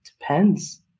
depends